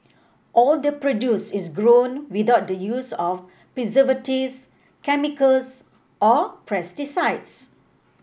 all the produce is grown without the use of preservatives chemicals or pesticides